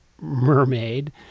mermaid